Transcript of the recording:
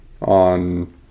on